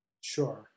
Sure